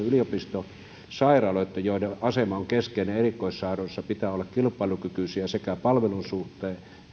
yliopistosairaaloitten joiden asema on keskeinen erikoissairaanhoidossa pitää olla kilpailukykyisiä sekä palvelun suhteen